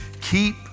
keep